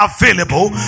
available